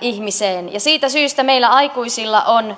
ihmiseen siitä syystä meillä aikuisilla on